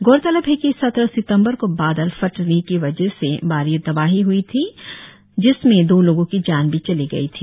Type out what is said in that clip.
गौरतलब है कि सत्रह सितंबर को बादल फटने की वजह से भारी तबाही हुई थी जिसमें दो लोगो की जान भी चली गई थी